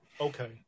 okay